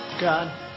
God